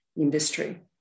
industry